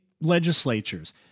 legislatures